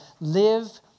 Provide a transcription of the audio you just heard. Live